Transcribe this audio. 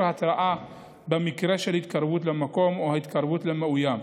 התרעה במקרה של התקרבות למקום או ההתקרבות למאוים.